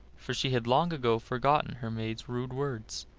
for she had long ago forgotten her maid's rude words.